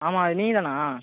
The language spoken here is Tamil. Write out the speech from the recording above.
ஆமாம் அது நீங்கள் தானா